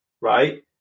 right